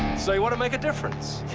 so you wanna make a difference?